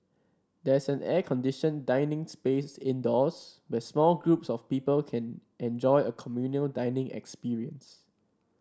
there's an air conditioned dining space indoors where small groups of people can enjoy a communal dining experience